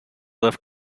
lift